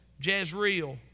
Jezreel